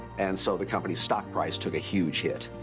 and so the company's stock price took a huge hit.